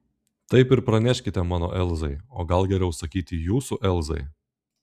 taip ir praneškite mano elzai o gal geriau sakyti jūsų elzai